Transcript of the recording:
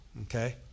Okay